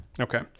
Okay